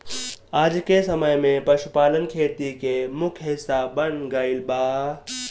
आजके समय में पशुपालन खेती के मुख्य हिस्सा बन गईल बा